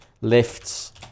lifts